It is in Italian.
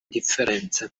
differenze